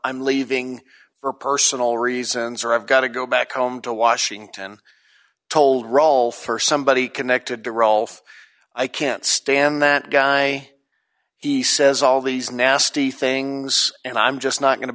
i'm leaving for personal reasons or i've got to go back home to washington told role for somebody connected to rolf i can't stand that guy he says all these nasty things and i'm just not going to